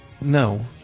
No